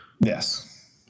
Yes